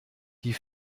die